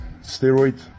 steroid